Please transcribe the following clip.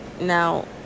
Now